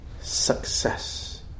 success